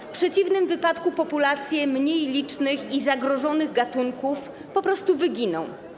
W przeciwnym wypadku populacje mniej licznych i zagrożonych gatunków po prostu wyginą.